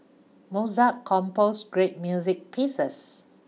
Mozart composed great music pieces